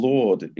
Lord